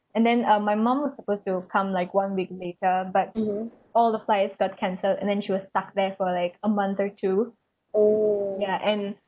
and then um my mum was supposed to come like one week later but all the flights got cancelled and then she was stuck there for like a month or two ya and